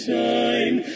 time